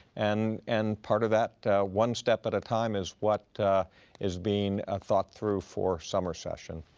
and and part of that one step at a time is what is being ah thought through for summer session.